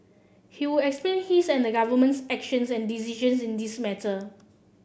he will explain his and the government's actions and decisions in this matter